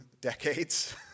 decades